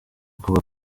kuvuga